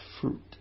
fruit